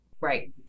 Right